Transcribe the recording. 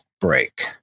break